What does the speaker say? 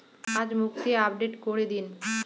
আজ মুক্তি আপডেট করে দিন